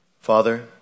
Father